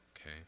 okay